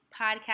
podcast